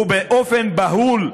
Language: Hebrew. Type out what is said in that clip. הוא, באופן בהול,